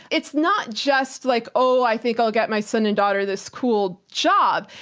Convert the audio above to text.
it's not just like, oh, i think i'll get my son and daughter this cool job.